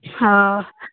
हँ